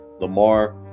Lamar